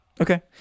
Okay